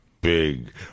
big